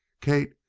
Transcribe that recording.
kate,